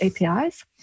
APIs